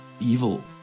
evil